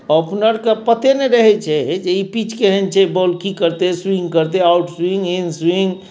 ओपनरके पते नहि रहै छै जे ई पीच केहन छै बॉल की करतै स्विंग करतै आउटस्विंग इनस्विंग